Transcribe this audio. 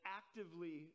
actively